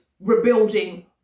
rebuilding